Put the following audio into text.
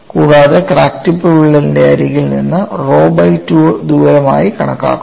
കൂടാതെ crack tip വിള്ളലിന്റെ അരികിൽ നിന്ന് റോ ബൈ 2 ദൂരെ ആയി കണക്കാക്കുന്നു